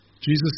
Jesus